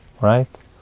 right